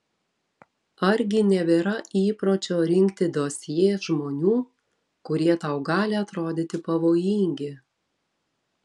argi nebėra įpročio rinkti dosjė žmonių kurie tau gali atrodyti pavojingi